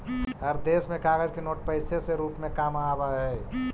हर देश में कागज के नोट पैसे से रूप में काम आवा हई